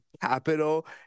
capital